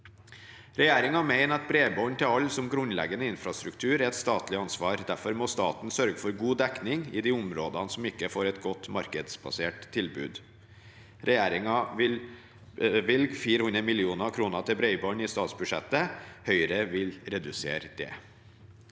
Regjeringen mener at bredbånd til alle som grunnleggende infrastruktur er et statlig ansvar. Derfor må staten sørge for god dekning i de områdene som ikke får et godt markedsbasert tilbud. Regjeringen vil bevilge 400 mill. kr til bredbånd i statsbudsjettet. Høyre vil redusere det.